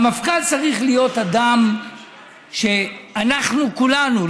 המפכ"ל צריך להיות אדם שאנחנו כולנו,